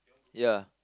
ya